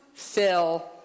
Phil